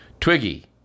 Twiggy